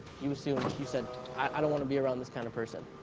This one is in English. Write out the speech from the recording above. you assume, you said i don't want to be around this kind of person.